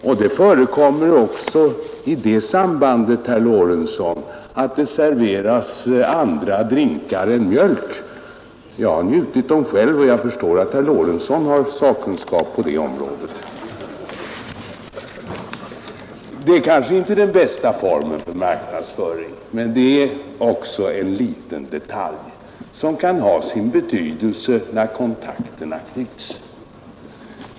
Och, herr Lorentzon, i det sammanhanget förekommer det också att det serveras andra drinkar än mjölk. Jag har njutit dem själv, och jag förstår att herr Lorentzon har sakkunskap på det området. Det kanske inte är den bästa formen för marknadsföring, men det är ändå en liten detalj som kan ha sin betydelse när kontakterna knyts.